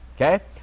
okay